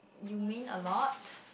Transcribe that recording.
you mean a lot